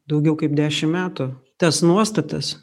daugiau kaip dešim metų tas nuostatas